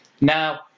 Now